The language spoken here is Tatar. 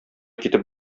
китеп